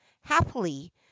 happily